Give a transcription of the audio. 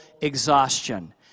exhaustion